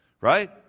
right